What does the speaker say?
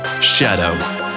Shadow